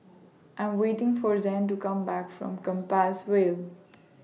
I Am waiting For Zayne to Come Back from Compassvale